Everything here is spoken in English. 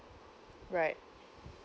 right